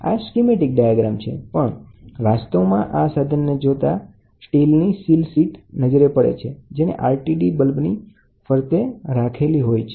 આ schematic diagram છે પણ વાસ્તવ માં આ સાધનને જોતા એક સ્ટેનલેસસ્ટીલ સીલ સીટ નજરે પડે છે કે જેને RTD બલ્બની ફરતે રાખેલી હોય છે